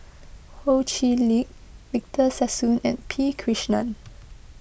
Ho Chee Lick Victor Sassoon and P Krishnan